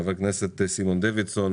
חבר הכנסת סימון דוידסון,